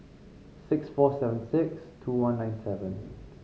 six four seven six two one nine seven